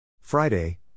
Friday